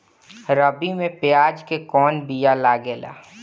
रबी में प्याज के कौन बीया लागेला?